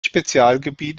spezialgebiet